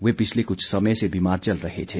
वे पिछले कुछ समय से बीमार चल रहे थे